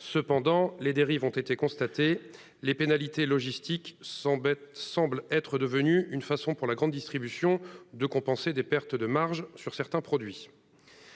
Cependant, des dérives ont été constatées. Les pénalités logistiques semblent être devenues une façon, pour la grande distribution, de compenser des pertes de marge sur certains produits.